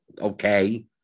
okay